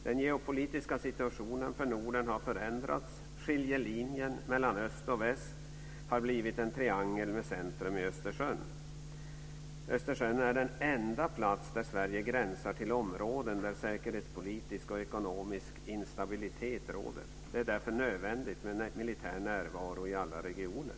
Den geopolitiska situationen för Norden har förändrats. Skiljelinjen mellan öst och väst har blivit en triangel med centrum i Östersjön. Östersjön är den enda plats där Sverige gränsar till områden där säkerhetspolitisk och ekonomisk instabilitet råder. Det är därför nödvändigt med en militär närvaro i alla regioner.